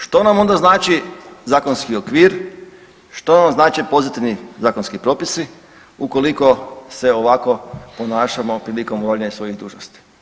Što nam onda znači zakonski okvir, što nam znače pozitivni zakonski propisi, ukoliko se ovako ponašamo prilikom obavljanja svojih dužnosti?